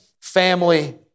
family